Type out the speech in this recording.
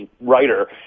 writer